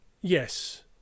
Yes